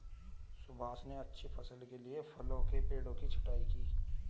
सुभाष ने अच्छी फसल के लिए फलों के पेड़ों की छंटाई की